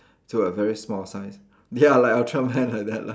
to a very small size ya like ultraman like that lah